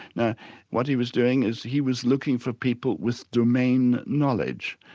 now what he was doing is he was looking for people with domain knowledge,